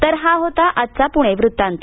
तर हा होता आजचा पुणे वृत्तांत